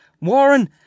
Warren